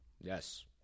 Yes